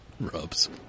Rubs